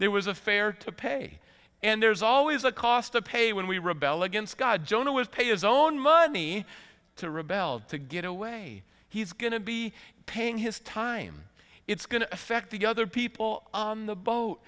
there was a fair to pay and there's always a cost to pay when we rebel against god jonah was pay is own money to rebel to get away he's going to be paying his time it's going to affect the other people on the boat